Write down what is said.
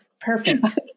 perfect